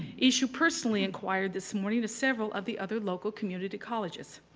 issu personally inquired this morning the several of the other local community colleges.